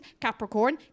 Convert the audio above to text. Capricorn